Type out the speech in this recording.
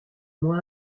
moi